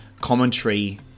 commentary